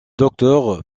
docteur